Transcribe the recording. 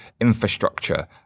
infrastructure